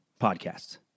podcasts